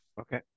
Okay